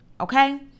okay